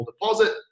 deposit